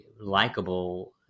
likable